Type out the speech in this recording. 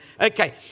Okay